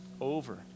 over